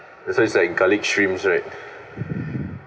that's why is like garlic streams right